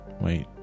Wait